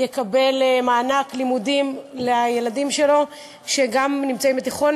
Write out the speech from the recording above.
יקבל מענק לימודים לילדים שלו גם כשהם בתיכון,